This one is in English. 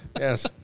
Yes